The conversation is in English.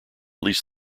least